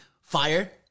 fire